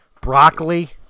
Broccoli